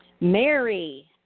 Mary